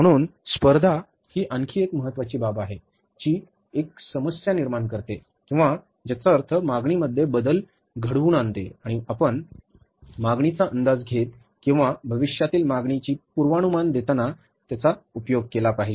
म्हणून स्पर्धा ही आणखी एक महत्त्वाची बाब आहे जी एक समस्या निर्माण करते किंवा ज्याचा अर्थ मागणीमध्ये बदल घडवून आणते आणि आपण मागणीचा अंदाज घेत किंवा भविष्यातील मागणीची पूर्वानुमान देताना आपण याचा उपयोग केला पाहिजे